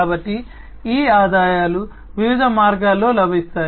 కాబట్టి ఈ ఆదాయాలు వివిధ మార్గాల్లో లభిస్తాయి